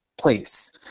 place